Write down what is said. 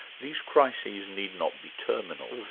these crises need not be terminal.